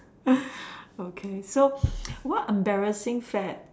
okay so what embarrassing fad